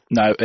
no